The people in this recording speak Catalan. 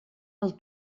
del